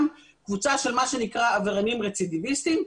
קבוצה של מה שנקרא עבריינים רצידיביסטים.